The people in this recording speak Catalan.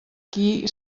qui